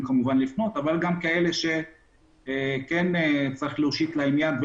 אלא גם כאלה שצריך להושיט להם יד ,